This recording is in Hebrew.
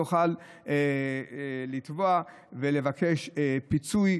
הוא יוכל לתבוע ולבקש פיצוי,